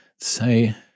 Say